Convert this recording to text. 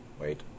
wait